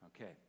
Okay